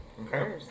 Okay